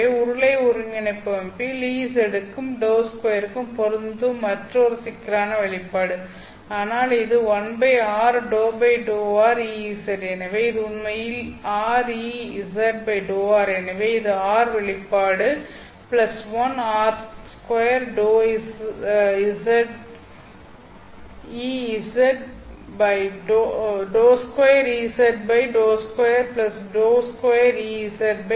எனவே உருளை ஒருங்கிணைப்பு அமைப்பில் Ez க்கு ∂2 க்கு பொருந்தும் மற்றொரு சிக்கலான வெளிப்பாடு ஆனால் இது 1 r ∂ ∂r Ez எனவே இது உண்மையில் r Ez ∂ r எனவே இது r வெளிப்பாடு 1 r2 ∂2 Ez ∂2 ∂2 Ez ∂z2